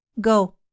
Go